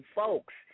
folks